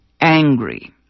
angry